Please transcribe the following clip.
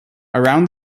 around